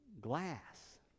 glass